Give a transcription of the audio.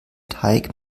teig